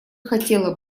хотела